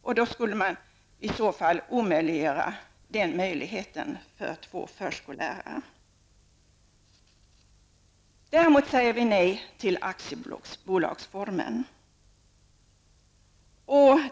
I så fall skulle detta alternativ omöjliggöras för två förskollärare. Däremot säger vi nej till aktiebolagsformen.